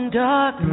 dark